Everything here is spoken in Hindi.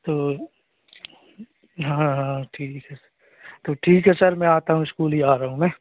तो हाँ हाँ ठीक है तो ठीक है सर मैं आता हूँ इस्कूल ही आ रहा हूँ मैं